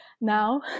Now